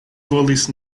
volis